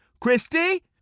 Christy